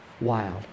wild